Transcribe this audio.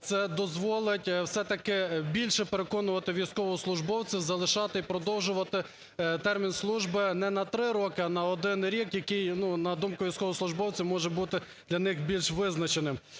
це дозволить все-таки більше переконувати військовослужбовців залишати і продовжувати термін служби не на 3 роки, а на 1 рік, який, на думку військовослужбовців, може бути для них більш визначеним.